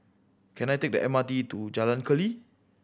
can I take the M R T to Jalan Keli